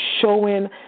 showing